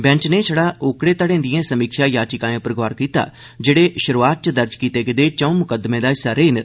bench नै छड़ा ओकड़े घड़ें दिएं समीक्षा याचिकाएं उप्पर गौर कीता ऐ जेहड़े शुरुआत च दर्ज कीते गेदे चौं मुकद्दमें दा हिस्सा रेय दे न